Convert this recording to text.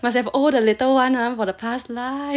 ya must have owe must have owe the little one ah for the past life